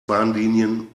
bahnlinien